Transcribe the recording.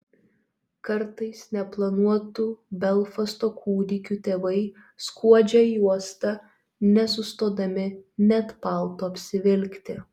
kartais neplanuotų belfasto kūdikių tėvai skuodžia į uostą nesustodami net palto apsivilkti